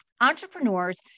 entrepreneurs